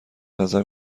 نظرم